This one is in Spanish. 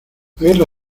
guerra